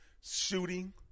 Shooting